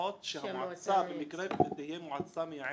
לפחות שהמועצה תהיה מועצה מייעצת,